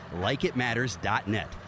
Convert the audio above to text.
Likeitmatters.net